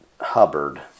Hubbard